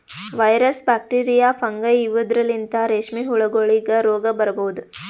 virus, bacteria, fungi ಇವದ್ರಲಿಂತ್ ರೇಶ್ಮಿ ಹುಳಗೋಲಿಗ್ ರೋಗ್ ಬರಬಹುದ್